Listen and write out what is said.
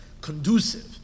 conducive